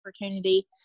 opportunity